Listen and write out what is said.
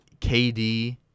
KD –